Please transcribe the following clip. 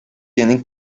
tienen